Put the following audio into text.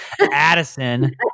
Addison